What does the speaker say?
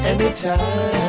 Anytime